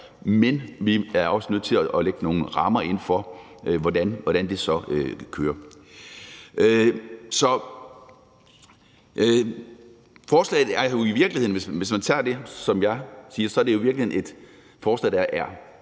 men vi er også nødt til at lægge nogle rammer ind for, hvordan det så kører. Så forslaget er jo i virkeligheden, hvis man tager det, som jeg siger, et forslag, der er